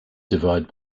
divide